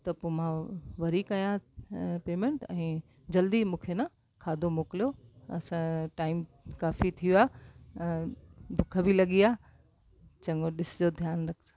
त पोइ मां वरी कया पेमेंट ऐं जल्दी मूंखे न खाधो मोकिलियो असां टाइम काफ़ी थी वियो आहे बुख बि लॻी आहे चङो ॾिसजो ध्यान रखजो